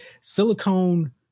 silicone